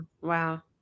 Wow